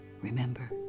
Remember